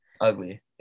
Ugly